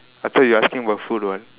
I thought you asking about food what